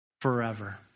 forever